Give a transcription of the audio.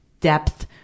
depth